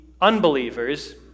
unbelievers